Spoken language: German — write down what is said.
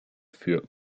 für